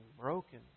broken